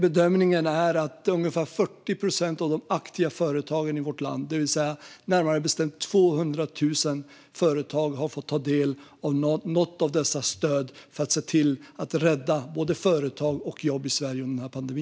Bedömningen är att ungefär 40 procent av de aktiva företagen i vårt land, närmare bestämt 200 000 företag, har fått ta del av något av dessa stöd för att se till att rädda både företag och jobb i Sverige under denna pandemi.